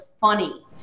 funny